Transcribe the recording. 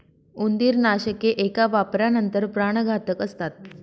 उंदीरनाशके एका वापरानंतर प्राणघातक असतात